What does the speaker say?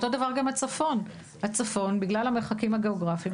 אותו דבר גם הצפון: בגלל המרחקים הגיאוגרפים,